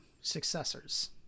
successors